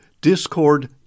discord